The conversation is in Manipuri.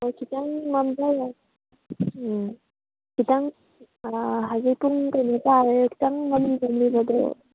ꯈꯤꯇꯪ ꯃꯝꯖꯤꯜꯂꯛ ꯈꯤꯇꯪ ꯍꯥꯏꯗꯤ ꯄꯨꯡ ꯀꯩꯅꯣ ꯇꯥꯔꯦ ꯈꯤꯇꯪ ꯃꯝꯂꯤ ꯃꯝꯂꯤ ꯂꯩꯕꯗꯣ